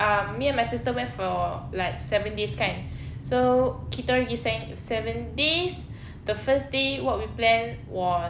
um me and my sister went for like seven days kan so kita gi seven days the first day what we plan was